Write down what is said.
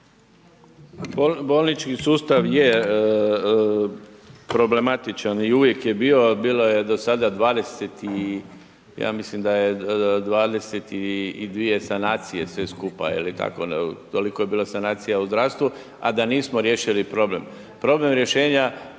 Bolnički sustav je problematičan i uvijek je bio, bilo je do sada, ja mislim 22 sanacije sve skupa, toliko je bilo sanacija u zdravstvu, a da nismo riješili problem. Problem rješenja